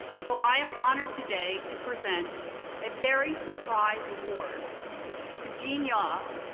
so i am honored today to present a very surprise award to gene yaw,